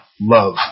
love